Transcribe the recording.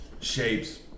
shapes